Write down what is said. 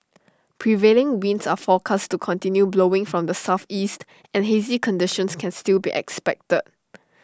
prevailing winds are forecast to continue blowing from the Southeast and hazy conditions can still be expected